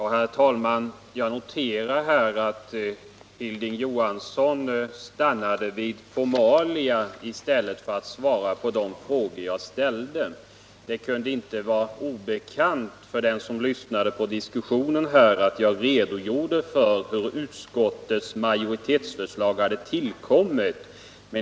Herr talman! Jag noterar att Hilding Johansson stannade vid formalia i stället för att svara på de frågor jag ställde. Det kunde inte vara obekant för den som lyssnat på diskussionen här att jag redogjorde för hur utskottets majoritetsförslag hade tillkommit.